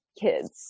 kids